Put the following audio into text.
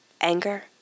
Anger